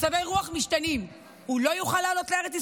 מצבי רוח משתנים, לא יוכל לעלות לארץ ישראל?